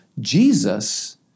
Jesus